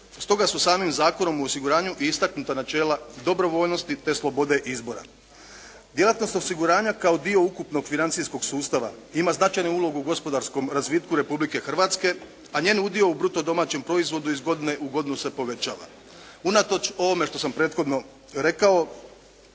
stoga su samim Zakonom o osiguranju i istaknut načela dobrovoljnosti te slobode izbora. Djelatnost osiguranja kao dio ukupnog financijskog sustava ima značajnu ulogu u gospodarskom razvitku Republike Hrvatske, a njen udio u bruto domaćem proizvodu iz godine u godinu se povećava. Unatoč ovome što sam prethodno rekao,